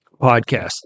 podcast